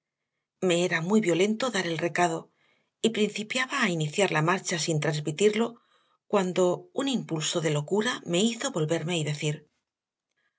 me era muy violento dar el recado y principiaba a iniciar la marcha sin transmitirlo cuando un impulso de locura me hizo volverme y decir